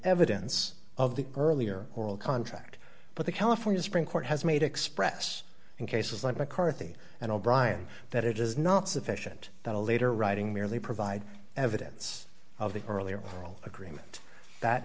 evidence of the earlier oral contract but the california supreme court has made express in cases like mccarthy and o'brien that it is not sufficient that a later writing merely provide evidence of the earlier oral agreement that